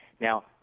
Now